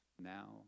now